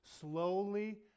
Slowly